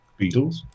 beatles